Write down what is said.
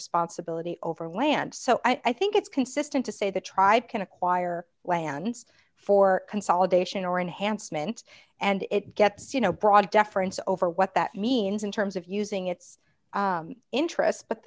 responsibility overland so i think it's consistent to say the tribe can acquire lands for consolidation or enhancement and it gets you know broad deference over what that means in terms of using its interests but